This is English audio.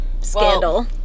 scandal